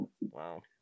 Wow